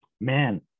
Man